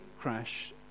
crash